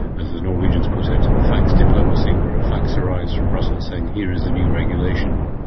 as the norwegians put it, fax diplomacy where a fax arrives from brussels saying here is the new regulation,